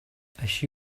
així